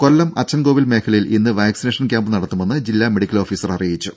കൊല്ലം അച്ചൻകോവിൽ മേഖലയിൽ ഇന്ന് vaccination camp നടത്തുമെന്ന് ജില്ലാ മെഡിക്കൽ ഓഫീസർ അറിയിച്ചു